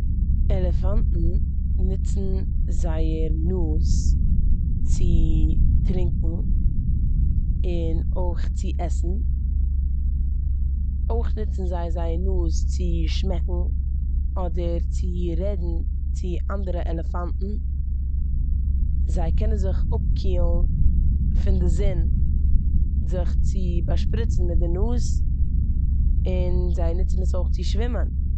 עלעפאנטן נוצן זייער נאז צו טרונקען און אויך צו עסן. אויך נוצן זיי זייער נאז צו שמעקן אדער צו רעדן צו אנדערע עלעפאנטן. זיי קענען זיך אפקילן פון די זון זיך צו באשפריצן מיט די נאז און זיי נוצן עס אויך צו שווימען.